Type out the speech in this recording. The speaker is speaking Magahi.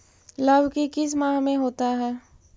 लव की किस माह में होता है?